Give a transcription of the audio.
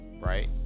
right